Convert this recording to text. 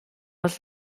els